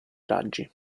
raggi